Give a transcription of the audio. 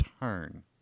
turn